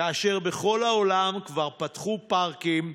כאשר בכל העולם כבר פתחו פארקים,